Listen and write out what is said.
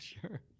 Sure